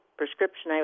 prescription